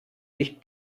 nicht